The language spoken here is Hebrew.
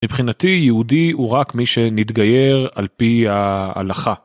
מבחינתי יהודי הוא רק מי שנתגייר על פי ההלכה.